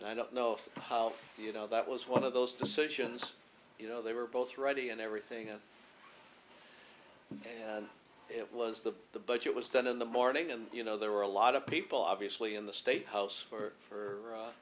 and i don't know how you know that was one of those decisions you know they were both ready and everything and it was the the budget was done in the morning and you know there were a lot of people obviously in the state house for